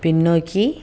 பின்னோக்கி